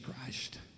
Christ